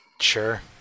Sure